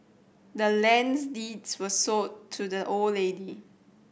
the land's deeds was sold to the old lady